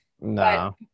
No